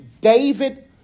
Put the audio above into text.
David